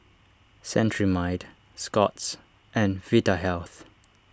Cetrimide Scott's and Vitahealth